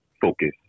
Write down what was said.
focus